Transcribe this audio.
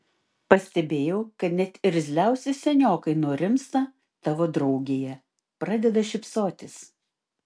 pastebėjau kad net irzliausi seniokai nurimsta tavo draugėje pradeda šypsotis